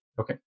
Okay